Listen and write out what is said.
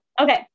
Okay